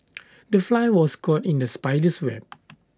the fly was caught in the spider's web